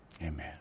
Amen